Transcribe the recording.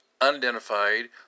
unidentified